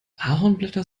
ahornblätter